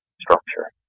structure